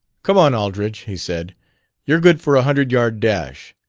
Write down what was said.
come on, aldridge, he said you're good for a hundred yard dash.